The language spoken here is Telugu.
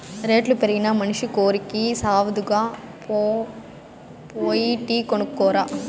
రేట్లు పెరిగినా మనసి కోరికి సావదుగా, పో పోయి టీ కొనుక్కు రా